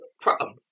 Problem